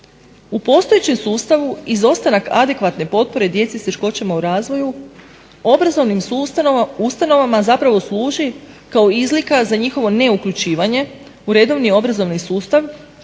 U postojećem sustavu izostanak adekvatne potpore djece s teškoćama u razvoju obrazovnim ustanovama zapravo služi kao izlika za njihovo neuključivanje u redovni obrazovni sustav